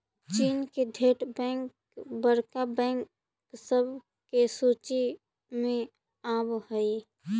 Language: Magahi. चीन के ढेर बैंक बड़का बैंक सब के सूची में आब हई